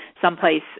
someplace